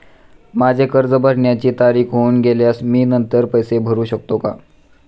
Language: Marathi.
माझे कर्ज भरण्याची तारीख होऊन गेल्यास मी नंतर पैसे भरू शकतो का?